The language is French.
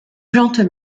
plantes